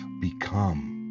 become